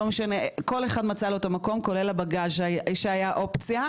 כל אחד מצא לו את המקום כולל הבגאז' שהיה אופציה,